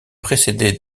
précédée